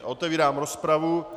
Otevírám rozpravu.